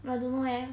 I don't know eh